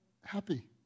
happy